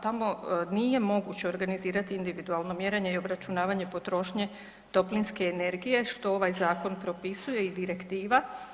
Tamo nije moguće organizirati individualno mjerenje i obračunavanje potrošnje toplinske energije što ovaj zakon propisuje i direktiva.